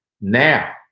now